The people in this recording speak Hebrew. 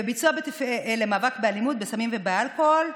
למאבק באלימות, בסמים ובאלכוהול.